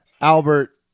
Albert